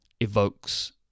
Evokes